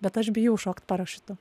bet aš bijau šokt parašiutu